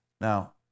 Now